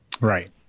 Right